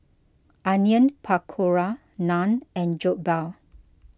Onion Pakora Naan and Jokbal